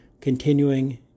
continuing